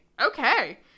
okay